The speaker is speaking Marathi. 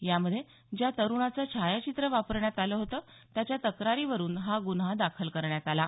यामध्ये ज्या तरूणाचे छायाचित्र वापरण्यात आले होते त्याच्या तक्रारीवरून हा गुन्हा दाखल करण्यात आला आहे